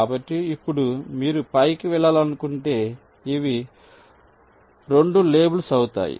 కాబట్టి ఇప్పుడు మీరు పైకి వెళ్లాలనుకుంటే ఇవి 2 లేబుల్స్ అవుతాయి